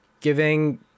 Giving